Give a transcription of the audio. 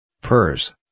purse